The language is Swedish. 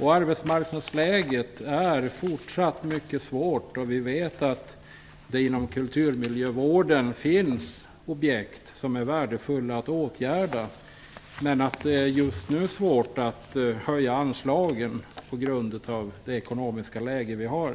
Arbetsmarknadsläget är fortsatt mycket svårt. Vi vet att det inom kulturmiljövården finns objekt som är värdefulla att åtgärda, men att det just nu är svårt att höja anslagen på grund av det ekonomiska läget.